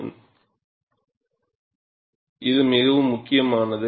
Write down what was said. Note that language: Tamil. பார் இது மிகவும் முக்கியமானது